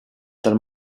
tal